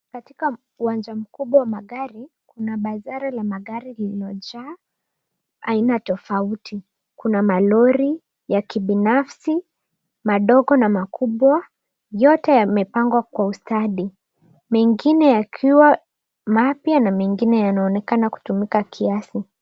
Katika uwanja mkubwa wa magari kuna pajali la magari lililojaa aina tofauti. Kuna malori ya kibinafsi, madogo na makubwa, yote yamepangwa kwa ustadi. Mengine yakiwa mapya na mengine yanaonekana kutumika kiasi.